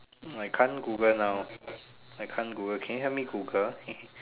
hmm I can't Google now I can't Google can you help me Google